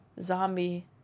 zombie